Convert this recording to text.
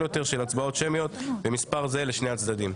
יותר של הצבעות שמיות במספר זהה לשני הצדדים.